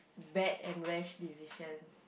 bad and rash decisions